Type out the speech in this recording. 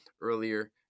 earlier